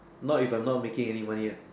not if I'm not making any money ah